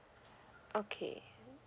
okay